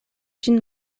ĝin